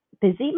busy